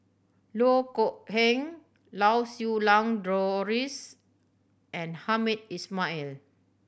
Loh Kok Heng Lau Siew Lang Doris and Hamed Ismail